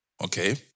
Okay